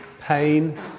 pain